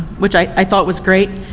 which i thought was great.